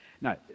No